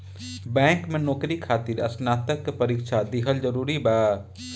Bank में नौकरी खातिर स्नातक के परीक्षा दिहल जरूरी बा?